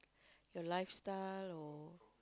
your lifestyle or